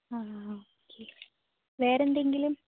ആ ആ ആ വേറെന്തെങ്കിലും